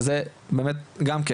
שזה באמת גם כן,